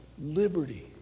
Liberty